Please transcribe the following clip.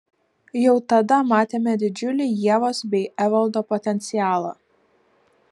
jau tada matėme didžiulį ievos bei evaldo potencialą